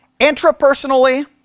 Intrapersonally